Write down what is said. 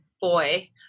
boy